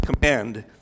command